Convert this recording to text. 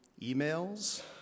emails